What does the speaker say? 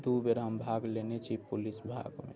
दू बेर हम भाग लेने छी पुलिस भागमे